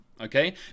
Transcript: okay